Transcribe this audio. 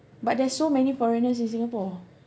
but there are so many foreigners in Singapore